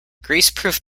greaseproof